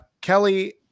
Kelly